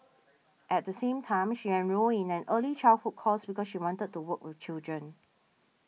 at the same time she enrolled in an early childhood course because she wanted to work with children